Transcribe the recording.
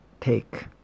take